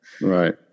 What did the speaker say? Right